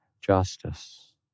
justice